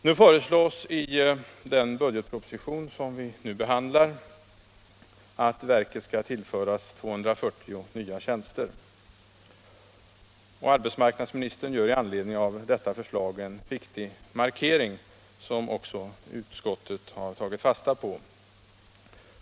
Nu föreslås i den budgetproposition som behandlas att verket skall tillföras 240 nya tjänster. Arbetsmarknadsministern gör i anledning av detta förslag en viktig markering, som också utskottet har tagit fasta på.